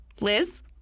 Liz